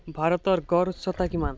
ভাৰতৰ গড় উচ্চতা কিমান